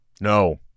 No